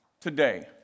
today